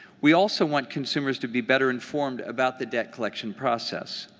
we also want consumers to be better informed about the debt collection process.